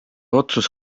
otsus